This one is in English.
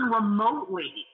remotely